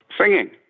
singing